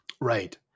Right